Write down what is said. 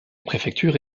préfecture